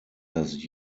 das